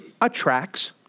attracts